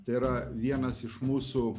tai yra vienas iš mūsų